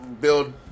build